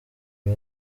uwo